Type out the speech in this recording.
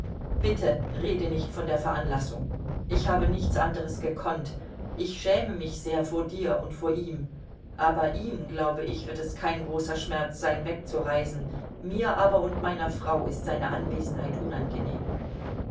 bitte rede nicht von der veranlassung ich habe nicht anders gekonnt ich schäme mich sehr vor dir und vor ihm aber ihm glaube ich wird es kein großer schmerz sein wegzureisen mir aber und meiner frau ist seine anwesenheit unangenehm